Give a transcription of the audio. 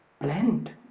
blend